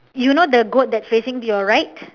you know the goat that's facing to your right